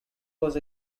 was